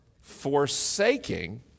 forsaking